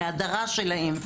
מהדרה שלהם.